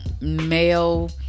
male